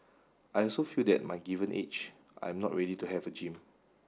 I also feel that my given age I'm not ready to have a gym